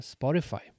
Spotify